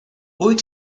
wyt